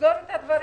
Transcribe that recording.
לסגור את השברים.